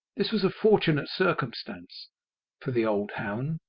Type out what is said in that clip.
this was a fortunate circumstance for the old hound,